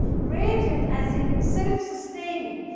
radiant, as in self-sustaining.